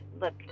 look